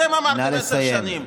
אתם אמרתם עשר שנים.